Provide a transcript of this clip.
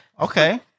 Okay